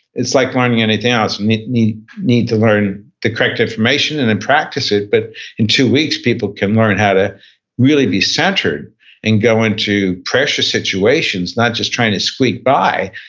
it's like learning anything else, you need need to learn the correct information and then practice it. but in two weeks, people can learn how to really be centered and go into pressure situations not just trying to squeak by,